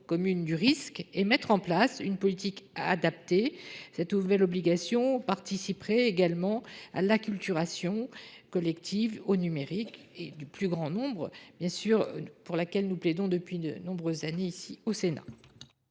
du risque et mettre en place une politique adaptée. Cette nouvelle obligation participerait également à l’acculturation collective au numérique du plus grand nombre, en faveur de laquelle le Sénat plaide depuis de nombreuses années. La